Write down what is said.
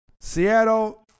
Seattle